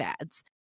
ads